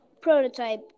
prototype